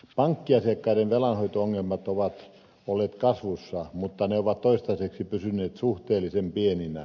pankkiasiakkaiden velanhoito ongelmat ovat olleet kasvussa mutta ne ovat toistaiseksi pysyneet suhteellisen pieninä